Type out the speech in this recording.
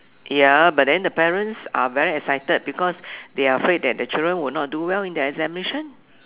ya but then the parents are very excited because they are afraid that the children will not do well in the examination